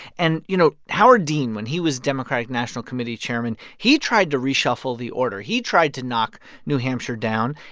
and, you know, howard dean when he was democratic national committee chairman, he tried to reshuffle the order. he tried to knock new hampshire down,